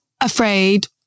afraid